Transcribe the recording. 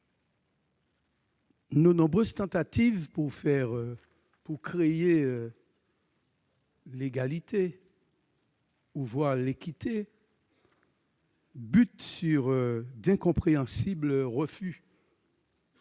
Nos nombreuses tentatives de parvenir à l'égalité, voire à l'équité, butent sur d'incompréhensibles refus.